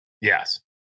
Yes